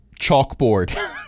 chalkboard